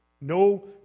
no